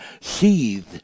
seethed